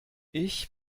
ich